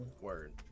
Word